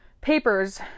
papers